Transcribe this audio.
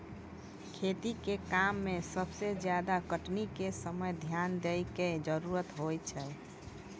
खेती के काम में सबसे ज्यादा कटनी के समय ध्यान दैय कॅ जरूरत होय छै